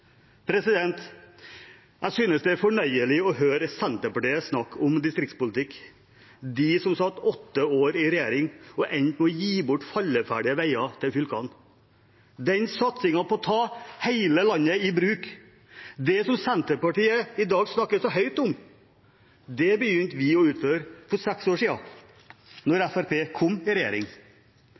Jeg synes det er fornøyelig å høre Senterpartiet snakke om distriktspolitikk, de som satt åtte år i regjering og endte med å gi bort falleferdige veier til fylkene. Satsingen på å ta hele landet i bruk, som Senterpartiet i dag snakker så høyt om, begynte vi å utføre for seks år siden, da Fremskrittspartiet kom i regjering.